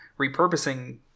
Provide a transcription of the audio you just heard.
repurposing